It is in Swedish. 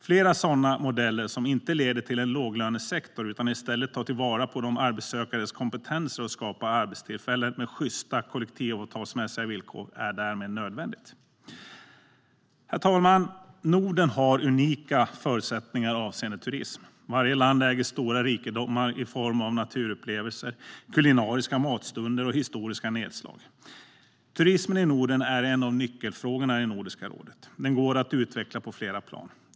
Fler sådana modeller som inte leder till en låglönesektor utan i stället tar till vara de arbetssökandes kompetenser och skapar arbetstillfällen med sjysta, kollektivavtalsmässiga villkor är därmed nödvändiga. Herr talman! Norden har unika förutsättningar avseende turism. Varje land äger stora rikedomar i form av naturupplevelser, kulinariska matstunder och historiska nedslag. Turismen i Norden är en av nyckelfrågorna i Nordiska rådet. Den går att utveckla på flera plan.